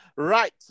Right